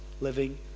living